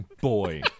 Boy